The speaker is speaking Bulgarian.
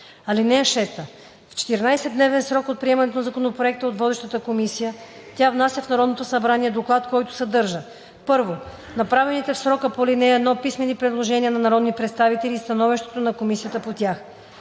(6) В 14-дневен срок от приемането на законопроекта от водещата комисия тя внася в Народното събрание доклад, който съдържа: 1. направените в срока по ал. 1 писмени предложения на народни представители и становището на комисията по тях;